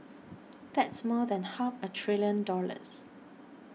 that's more than half a trillion dollars